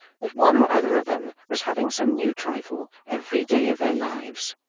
that one or other of them was having some new trifle every day of their lives.